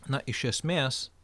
na iš esmės